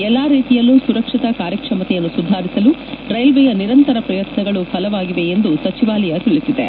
ಎಲ್ಲಾ ರೀತಿಯಲ್ಲೂ ಸುರಕ್ಷತಾ ಕಾರ್ಯಕ್ಷಮತೆಯನ್ನು ಸುಧಾರಿಸಲು ರೈಲ್ವೆಯ ನಿರಂತರ ಪ್ರಯತ್ನಗಳ ಫಲವಾಗಿದೆ ಎಂದು ಸಚಿವಾಲಯ ತಿಳಿಸಿದೆ